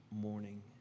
morning